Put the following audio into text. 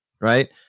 right